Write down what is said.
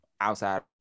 outside